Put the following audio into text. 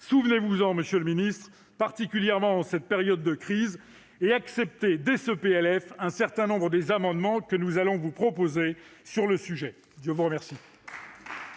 Souvenez-vous-en, monsieur le ministre, particulièrement en cette période de crise et acceptez, dès ce PLF, un certain nombre des amendements que nous allons vous proposer sur le sujet. La parole